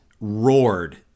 roared